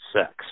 sex